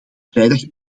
vrijdag